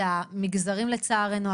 זה המגזרים לצערנו,